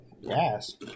Yes